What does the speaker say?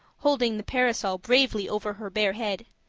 holding the parasol bravely over her bare head.